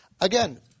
Again